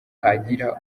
hagira